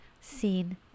seen